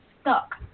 stuck